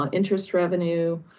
um interest revenue.